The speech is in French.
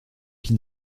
qui